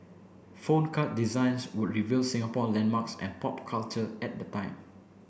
phone card designs would reveal Singapore landmarks and pop culture at the time